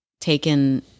taken